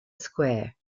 square